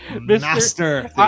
Master